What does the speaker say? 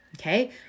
okay